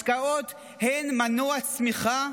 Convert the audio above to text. השקעות הן מנוע צמיחה,